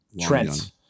Trent